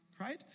right